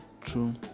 True